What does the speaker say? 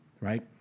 Right